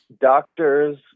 doctor's